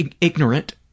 ignorant